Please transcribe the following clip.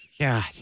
God